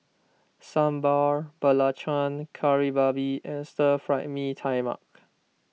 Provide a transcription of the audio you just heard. Sambal Belacan Kari Babi and Stir Fry Mee Tai Mak